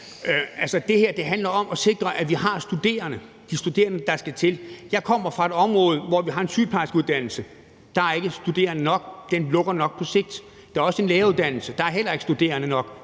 Det her handler om at sikre, at vi har de studerende, der skal til. Jeg kommer fra et område, hvor vi har en sygeplejerskeuddannelse, og der er ikke studerende nok; den lukker nok på sigt. Der er også en læreruddannelse, men der er heller ikke studerende nok;